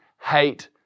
hate